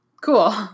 Cool